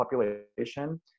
population